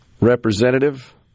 representative